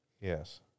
Yes